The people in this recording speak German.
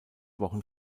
wochen